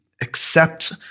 accept